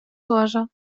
cosa